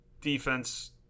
defense